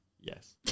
Yes